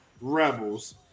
Rebels